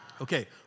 Okay